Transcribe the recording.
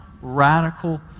radical